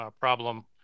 problem